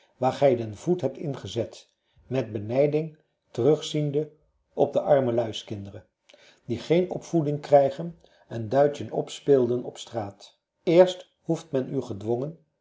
den voet hebt ingezet met benijding terugziende op de armelui's kinderen die geen opvoeding krijgen en duitjen p speelden op straat eerst hoeft men u gedwongen